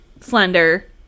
slender